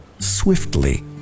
swiftly